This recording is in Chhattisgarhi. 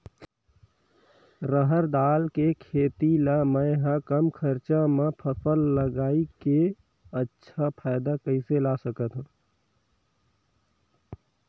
रहर दाल के खेती ला मै ह कम खरचा मा फसल ला लगई के अच्छा फायदा कइसे ला सकथव?